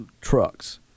trucks